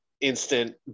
instant